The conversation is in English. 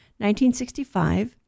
1965